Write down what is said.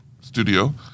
studio